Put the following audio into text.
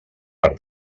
per